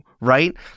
right